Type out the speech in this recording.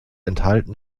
enthalten